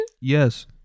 Yes